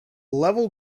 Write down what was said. level